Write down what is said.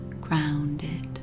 grounded